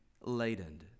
laden